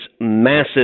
massive